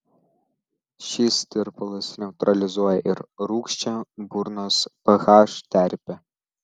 šis tirpalas neutralizuoja ir rūgščią burnos ph terpę